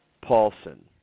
Paulson